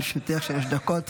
לרשותך שלוש דקות.